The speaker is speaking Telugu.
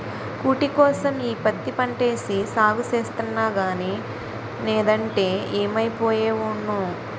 కూటికోసం ఈ పత్తి పంటేసి సాగు సేస్తన్నగానీ నేదంటే యేమైపోయే వోడ్నో